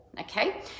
okay